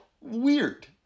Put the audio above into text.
weird